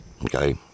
Okay